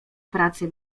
pracy